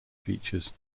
features